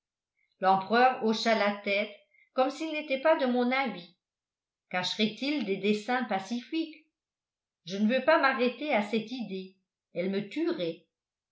l'empereur hocha la tête comme s'il n'était pas de mon avis cacherait il des desseins pacifiques je ne veux pas m'arrêter à cette idée elle me tuerait